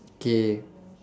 okay